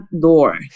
door